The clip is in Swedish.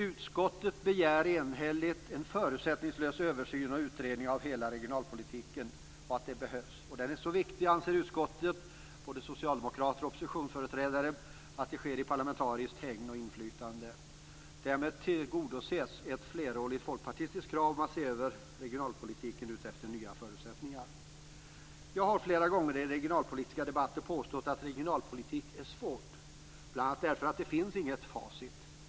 Utskottet begär enhälligt en förutsättningslös översyn och utredning av hela regionalpolitiken. Det är så viktigt anser utskottet, både socialdemokrater och oppositionsföreträdare, att det bör ske i parlamentarisk hägn och med parlamentariskt inflytande. Därmed tillgodoses ett flerårigt folkpartistiskt krav om att se över regionalpolitiken utifrån nya förutsättningar. Jag har flera gånger i regionalpolitiska debatter påstått att regionalpolitik är svårt, bl.a. därför att det inte finns något facit.